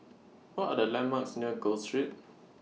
What Are The landmarks near Gul Street